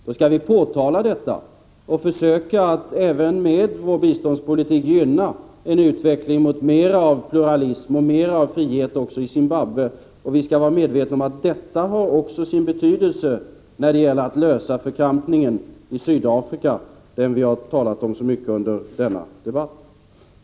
Det skall vi påtala, och vi skall försöka att även med vår biståndspolitik gynna en utveckling mot mer av pluralism och frihet också i Zimbabwe. Vi skall vara medvetna om att detta också har sin betydelse när det gäller att lösa förkrampningen i Sydafrika, den som vi har talat så mycket om i denna debatt.